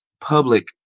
public